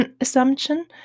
assumption